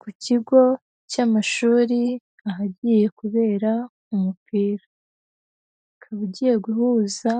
Ku kigo cy'amashuri ahagiye kubera umupira, ukaba ugiye guhuza